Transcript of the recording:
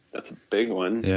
that's a big one.